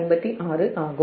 56 ஆகும்